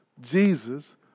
Jesus